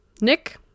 Nick